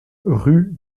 rue